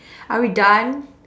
are we done